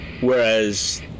Whereas